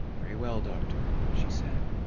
very well, doctor, she said.